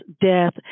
death